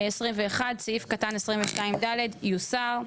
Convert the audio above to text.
הסתייגות 21: "סעיף קטן 22(ד) יוסר".